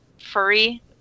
furry